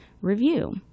review